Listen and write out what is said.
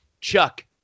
Chuck